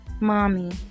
mommy